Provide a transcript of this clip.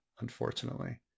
unfortunately